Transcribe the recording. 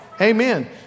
Amen